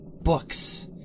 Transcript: books